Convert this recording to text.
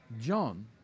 John